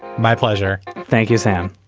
my pleasure. thank you sam.